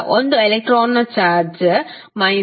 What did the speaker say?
ಈಗ 1 ಎಲೆಕ್ಟ್ರಾನ್ನ ಚಾರ್ಜ್ 1